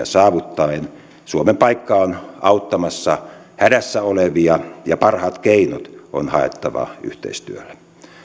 saavuttaen suomen paikka on olla auttamassa hädässä olevia ja parhaat keinot on haettava yhteistyöllä